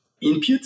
input